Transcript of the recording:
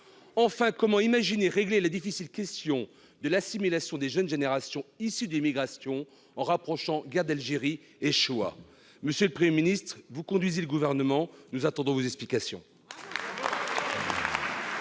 outre, comment imaginer régler la difficile question de l'assimilation des jeunes générations issues de l'immigration, en rapprochant guerre d'Algérie et Shoah ? Monsieur le Premier ministre, vous qui conduisez le Gouvernement, nous attendons vos explications